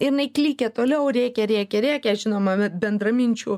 ir jinai klykė toliau rėkė rėkė rėkė žinoma bendraminčių